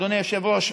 אדוני היושב-ראש,